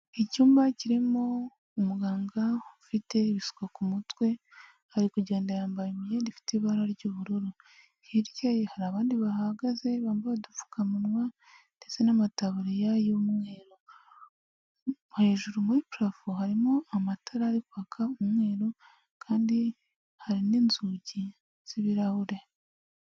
Icyumba kirimo umuganga ufite ibisuko ku mutwe, ari kugenda yambaye imyenda ifite ibara ry'ubururu, hirya hari abandi bahagaze bambaye udupfukamunwa ndetse n'amataburiya y'umweru, hejuru muri purafo harimo amatara ari kwaka umweru kandi hari n'inzugi z'ibirahure.